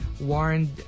warned